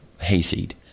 hayseed